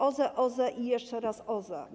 OZE, OZE i jeszcze raz OZE.